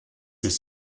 ist